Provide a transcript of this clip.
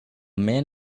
man